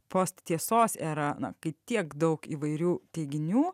post tiesos era kai tiek daug įvairių teiginių